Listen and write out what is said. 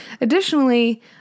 Additionally